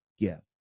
gift